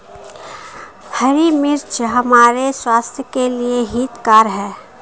हरी मिर्च हमारे स्वास्थ्य के लिए हितकर हैं